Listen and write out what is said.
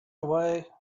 away